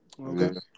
Okay